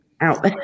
out